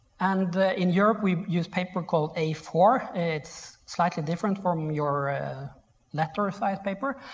and in europe we use paper called a four. it's slightly different from your letter ah sized paper,